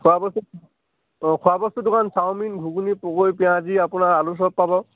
খোৱা বস্তু অঁ খোৱা বস্তু দোকান চাও মিন ঘুগুনি পকৰী পিঁয়াজি আপোনাৰ আলু চপ পাব